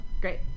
Great